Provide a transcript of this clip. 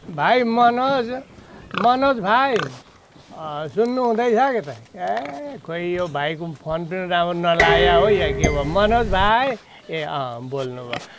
भाइ मनोज मनोज भाइ सुन्नुहुँदैछ के त ए खोइ यो भाइको फोन पनि राम्रो नलागेको हो या के भयो मनोज भाइ ए अँ बोल्नु भयो